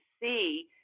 see